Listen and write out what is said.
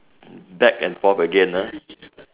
back and forth again ah